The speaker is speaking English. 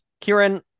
Kieran